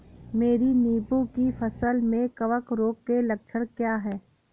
मेरी नींबू की फसल में कवक रोग के लक्षण क्या है?